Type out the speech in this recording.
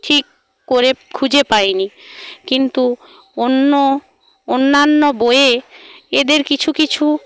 ঠিক করে খুঁজে পাইনি কিন্তু অন্য অন্যান্য বইয়ে এদের কিছু কিছু